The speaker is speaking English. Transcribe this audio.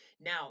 Now